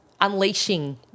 unleashing